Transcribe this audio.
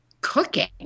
cooking